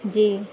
جی